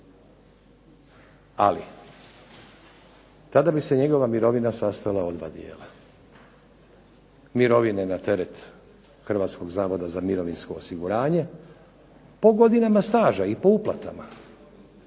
Ali tada bi se njegova mirovina sastojala od dva dijela, mirovine na teret Hrvatskog zavoda za mirovinsko osiguranje, po godinama staža, po uplatama